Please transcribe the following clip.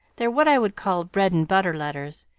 they're what i would call bread and butter letters,